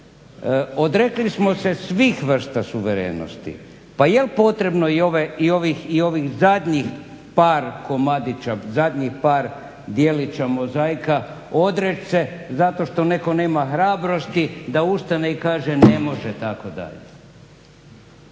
Odrekli smo se svih vrsta suverenosti pa jel potrebno i ovih zadnjih par komadića zadnji par djelića mozaika odreć se zato što nema neko hrabrosti da ustane i kaže ne može tako dalje.